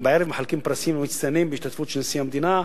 בערב מחלקים פרסים למצטיינים בהשתתפות נשיא המדינה,